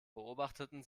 beobachteten